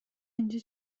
اینجا